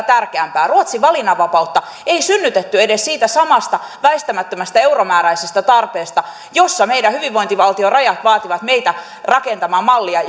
tärkeämpää ruotsin valinnanvapautta ei synnytetty edes siitä samasta väistämättömästä euromääräisestä tarpeesta jossa meidän hyvinvointivaltion rajat vaativat meitä rakentamaan mallia